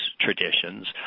traditions